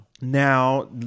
Now